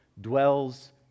dwells